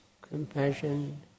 compassion